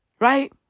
Right